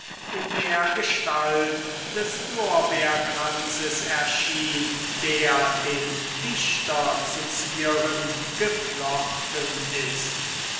in der gestalt des lorbeerkranzes erschien der den dichter zu zieren geflochten ist